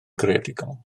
greadigol